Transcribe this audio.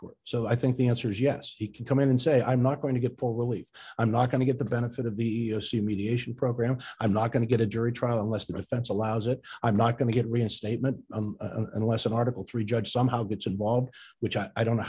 court so i think the answer is yes he can come in and say i'm not going to get for relief i'm not going to get the benefit of the mediation program i'm not going to get a jury trial unless the defense allows it i'm not going to get reinstatement unless an article three judge somehow gets involved which i don't know